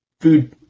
food